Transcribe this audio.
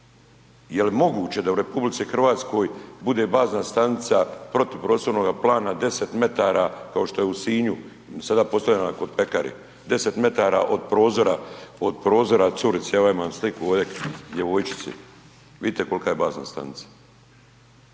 Jel moguće da u RH bude bazna stanica protuprostornog plana 10 m kao što je u Sinju sada postavljena nakon pekare? 10 m od prozora curice, evo ja imam sliku ovdje djevojčice. Vidite kolika je bazna stanica.